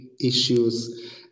issues